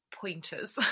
pointers